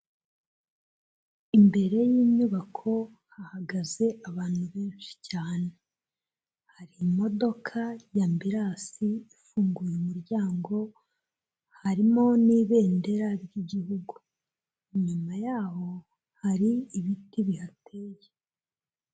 Imbere y'inyubako hahagaze abantu benshi cyane, hari imodoka ya ambulance ifunguye umuryango, harimo n'ibendera ry'igihugu, inyuma y'aho hari ibiti bihateye.